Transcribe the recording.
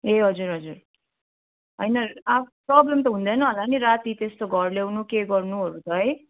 ए हजुर हजुर होइन आफ प्रोब्लम त हुँदैन होला नि राति त्यस्तो घर ल्याउनु के गर्नुहरू त है